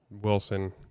Wilson